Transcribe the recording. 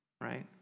right